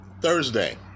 Thursday